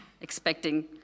expecting